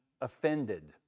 offended